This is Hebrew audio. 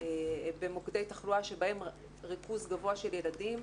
במוקדי תחלואה שבהם ריכוז גבוה של ילדים,